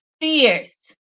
fierce